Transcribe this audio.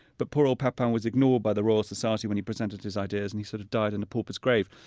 but poor old papin was ignored by the royal society when he presented his ideas and he sort of died in a pauper's grave.